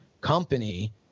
company